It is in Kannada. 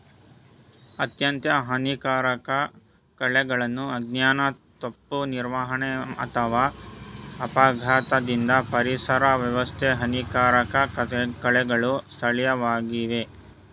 ಅತ್ಯಂತ ಹಾನಿಕಾರಕ ಕಳೆಗಳನ್ನು ಅಜ್ಞಾನ ತಪ್ಪು ನಿರ್ವಹಣೆ ಅಥವಾ ಅಪಘಾತದಿಂದ ಪರಿಸರ ವ್ಯವಸ್ಥೆಗೆ ಹಾನಿಕಾರಕ ಕಳೆಗಳು ಸ್ಥಳೀಯವಾಗಿವೆ